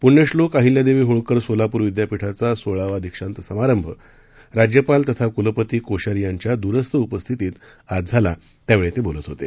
पुण्यश्लोक अहिल्यादेवी होळकर सोलापूर विद्यापीठाचा सोळावा दीक्षांत समारंभ राज्यपाल तथा कुलपती कोश्यारी यांच्या दूरस्थ उपस्थितीत आज झाला त्यावेळी ते बोलत होते